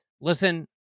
listen